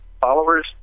followers